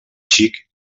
xic